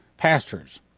Pastors